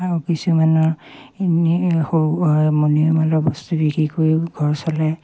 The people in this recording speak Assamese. আৰু কিছুমানৰ সৰু মনিয়ৰমালৰ বস্তু বিক্ৰী কৰিও ঘৰ চলাই